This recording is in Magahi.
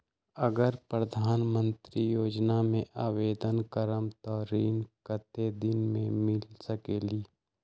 अगर प्रधानमंत्री योजना में आवेदन करम त ऋण कतेक दिन मे मिल सकेली?